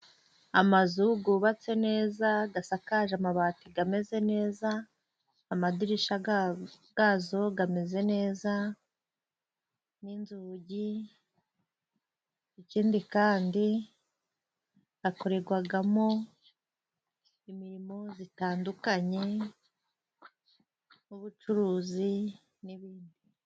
Amazu gubatse neza gasakaje amabati gameze neza, amadirisha gazo gameze neza, n'inzugi. Ikindi kandi akoregwagamo imirimo zitandukanye n'ubucuruzi n'ibindi.